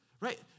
right